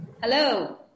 Hello